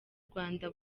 rwanda